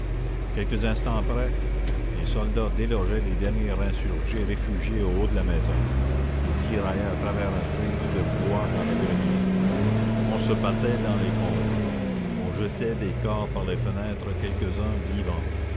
quelques instants après les soldats délogeaient les derniers insurgés réfugiés au haut de la maison ils tiraillaient à travers un treillis de bois dans le grenier on se battait dans les combles on jetait des corps par les fenêtres quelques-uns vivants